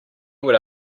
would